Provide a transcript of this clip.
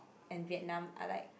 and Vietnam are like